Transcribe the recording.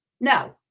No